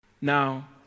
Now